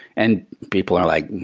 and people are like,